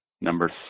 number